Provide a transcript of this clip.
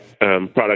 product